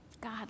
God